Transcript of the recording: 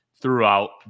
throughout